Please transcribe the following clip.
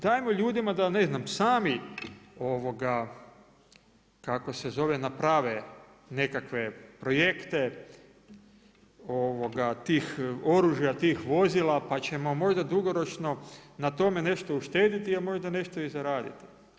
Dajmo ljudima da ne znam sami kako se zove naprave nekakve projekte tih oružja, tih vozila pa ćemo možda dugoročno na tome nešto uštedjeti a možda nešto i zaraditi.